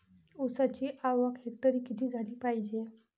ऊसाची आवक हेक्टरी किती झाली पायजे?